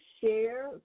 share